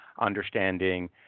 understanding